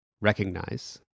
recognize